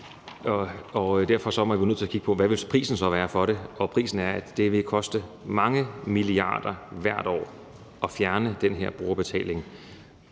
Derfor er man nødt til at kigge på, hvad prisen så vil være for det, og prisen er, at det vil koste mange milliarder hvert år at fjerne den her brugerbetaling,